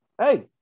Hey